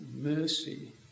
mercy